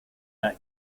der